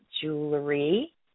jewelry